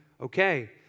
Okay